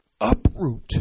uproot